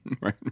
Right